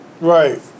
right